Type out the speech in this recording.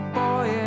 boy